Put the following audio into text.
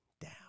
down